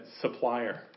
supplier